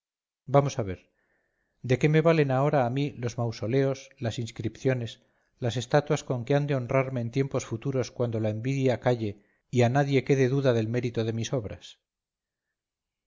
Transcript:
vamos a ver de qué me valen ahora a mí los mausoleos las inscripciones las estatuas con que han de honrarme en tiempos futuros cuando la envidia calle y a nadie quede duda del mérito de mis obras